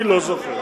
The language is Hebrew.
אני לא זוכר.